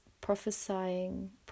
prophesying